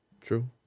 True